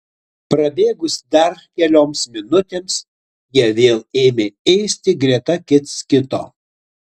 prabėgus dar kelioms minutėms jie vėl ėmė ėsti greta kits kito